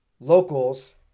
Locals